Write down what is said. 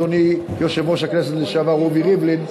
אדוני יושב-ראש הכנסת לשעבר רובי ריבלין,